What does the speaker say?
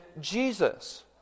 Jesus